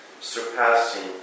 surpassing